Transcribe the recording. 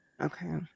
okay